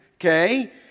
okay